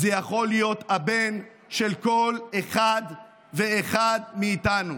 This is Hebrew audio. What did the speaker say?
זה יכול להיות הבן של כל אחד ואחד מאיתנו.